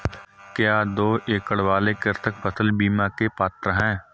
क्या दो एकड़ वाले कृषक फसल बीमा के पात्र हैं?